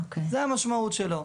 זו המשמעות שלו.